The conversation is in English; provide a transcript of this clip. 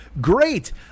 great